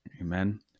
Amen